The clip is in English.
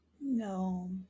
No